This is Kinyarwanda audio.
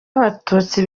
abatutsi